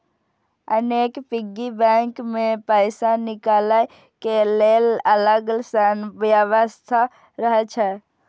अनेक piggy bank मे पैसा निकालै के लेल अलग सं व्यवस्था रहै छै